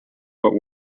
but